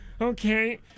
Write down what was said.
Okay